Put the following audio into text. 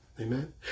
Amen